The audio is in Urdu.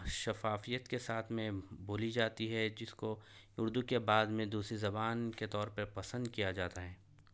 شفافیت کے ساتھ میں بولی جاتی ہے جس کو اردو کے بعد میں دوسری زبان کے طور پہ پسند کیا جاتا ہے